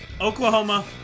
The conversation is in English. Oklahoma